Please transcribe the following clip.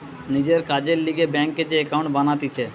নিজের কাজের লিগে ব্যাংকে যে একাউন্ট বানাতিছে